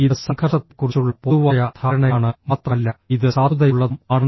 ഇത് സംഘർഷത്തെക്കുറിച്ചുള്ള പൊതുവായ ധാരണയാണ് മാത്രമല്ല ഇത് സാധുതയുള്ളതും ആണ്